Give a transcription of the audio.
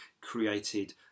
created